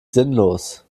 sinnlos